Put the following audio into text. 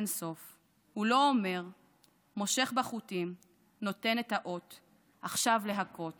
אין סוף / הוא לא אומר / מושך בחוטים / הוא נותן את האות / עכשיו להכות